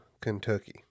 Kentucky